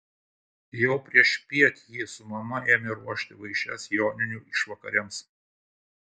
jau priešpiet ji su mama ėmė ruošti vaišes joninių išvakarėms